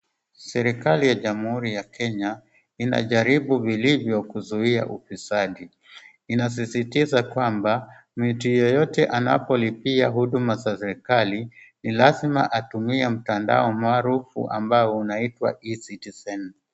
Serikali ya Jamhuri ya Kenya inajaribu vilivyo kuzuia ufisadi, inasisitiza kwamba mtu yeyote anatelipia huduma zozote za serikali ni lazima atumie mtandao maarufu unao itwa e citizen .